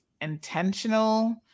intentional